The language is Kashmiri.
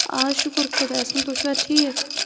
آ شُکُر خۄدایَس کُن تُہۍ چھِوا اَتہِ ٹھیٖک